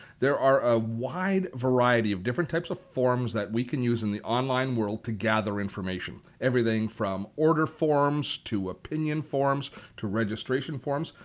there are a wide variety of different types of forms that we can use in the online world to gather information, everything from order forms to opinion forms to registration forms.